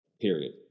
period